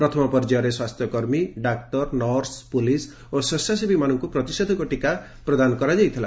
ପ୍ରଥମ ପର୍ଯ୍ୟାୟରେ ସ୍ୱାସ୍ଥ୍ୟକର୍ମୀ ଡାକ୍ତର ନର୍ସ ପୋଲିସ ଓ ସ୍ୱେଚ୍ଛାସେବୀମାନଙ୍କୁ ପ୍ରତିଷେଧକ ଦିଆଯାଇଥିଲା